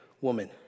woman